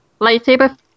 lightsaber